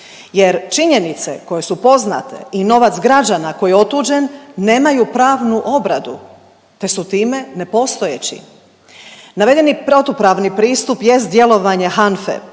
jer činjenice koje su poznate i novac građana koji je otuđen nemaju pravnu obradu te su time nepostojeći. Navedeni protupravni pristup jest djelovanje HANFA-e